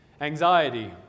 Anxiety